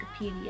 Wikipedia